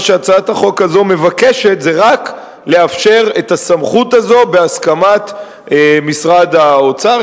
מה שהצעת החוק הזו מבקשת זה רק לאפשר את הסמכות הזו בהסכמת משרד האוצר.